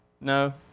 no